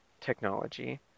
technology